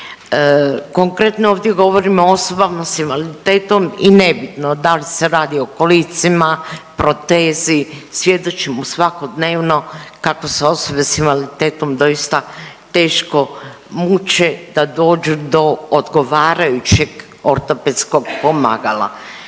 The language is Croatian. Konkretno ovdje govorim o osobama s invaliditetom i nebitno da li se radi o kolicima, protezi svjedočimo svakodnevno kako se osobe s invaliditetom doista teško muče da dođu do odgovarajućeg ortopedskog pomagala.